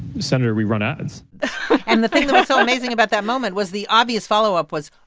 senator, we run ads and the thing that's so amazing about that moment was the obvious follow-up was,